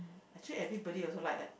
actually everybody also like that